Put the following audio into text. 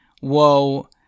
whoa